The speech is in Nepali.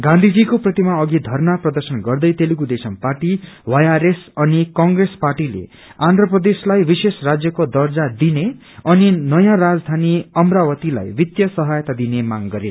गाँँँवी जी को प्रतिमा अवि बरना प्रर्दशन गर्दै तेलुेगू देशम पार्टी वाईआरएस अनि क्रोस पार्टीले आन्म्र प्रदेशलाई विश्रेष राजयको दर्जा दिने अनि नयाँ राजधानी अमरावतीलाई वित्तीय सहायता दिने मांग गरे